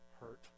hurt